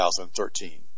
2013